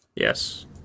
Yes